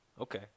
Okay